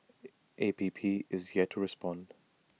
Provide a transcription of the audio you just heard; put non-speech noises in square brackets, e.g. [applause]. [noise] A P P has yet to respond